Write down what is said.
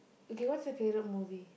okay what's your favourite movie